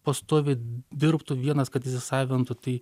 pastoviai dirbtų vienas kad įsisavintų tai